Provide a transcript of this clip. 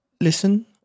listen